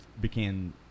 began